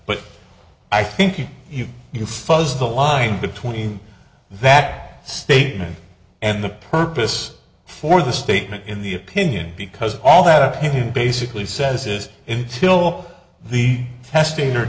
but i think you fuzz the line between that statement and the purpose for the statement in the opinion because all that he basically says is in till the testing or